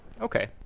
Okay